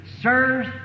Sirs